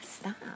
stop